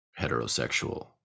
heterosexual